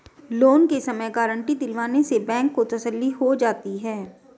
loan के समय guarantee दिलवाने से बैंक को तसल्ली हो जाती है